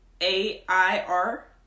A-I-R